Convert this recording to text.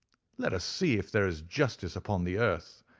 let us see if there is justice upon the earth,